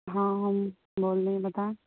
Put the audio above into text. ہاں ہم بول رہے ہیں بتائیں